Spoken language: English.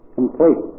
complete